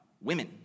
women